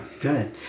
good